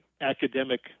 academic